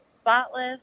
spotless